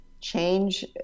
change